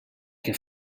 que